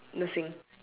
nursing